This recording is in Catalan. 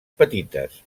petites